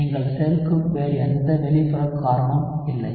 நீங்கள் சேர்க்கும் வேறு எந்த வெளிப்புற காரமும் இல்லை